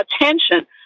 attention